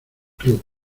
club